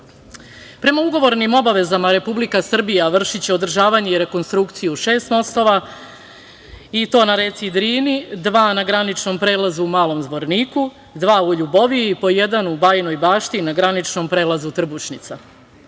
ugovornim obavezama Republika Srbija vršiće održavanje i rekonstrukciju šest mostova i to na reci Drini, dva na graničnom prelazu u Malom Zvorniku, dva u Ljuboviji, po jedan u Bajinom Bašti, na graničnom prelazu Trbušnica.